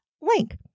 link